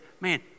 man